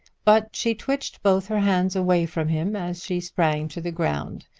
but she twitched both her hands away from him as she sprang to the ground.